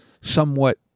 somewhat